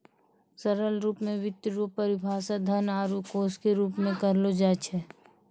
सरल रूप मे वित्त रो परिभाषा धन आरू कोश के रूप मे करलो जाय छै